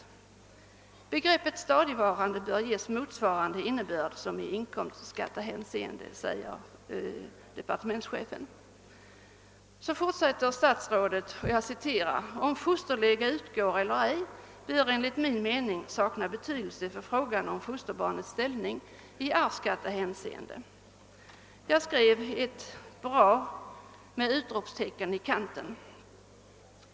Departementschefen uttalar att begreppet »stadigvarande» bör ges en innebörd motsvarande den som tillämpas i skattehänseende. Därefter fortsätter departementschefen på följande sätt: »Om fosterlega utgår eller ej bör enligt min mening sakna betydelse för frågan om fosterbarnets ställning i arvsskattehänseende.» Jag skrev »Bra!» i marginalen när jag läste detta.